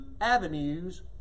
avenues